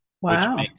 Wow